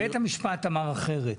המשפט אמר אחרת.